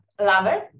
lover